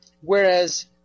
whereas